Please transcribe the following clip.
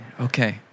okay